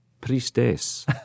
Priestess